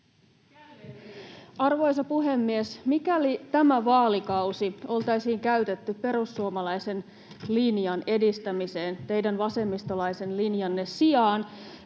Arvoisa puhemies! Mikäli tämä vaalikausi oltaisiin käytetty perussuomalaisen linjan edistämiseen teidän vasemmistolaisen linjanne sijaan,